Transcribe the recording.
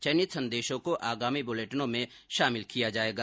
चयनित संदेशों को आगामी ब्रलेटिनों में शामिल किया जाएगा